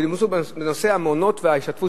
שכולן דיברו בנושא המעונות וההשתתפות